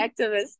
activist